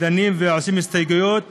ודנים ועושים הסתייגויות